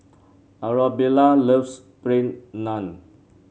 Arabella loves Plain Naan